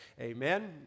amen